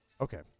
Okay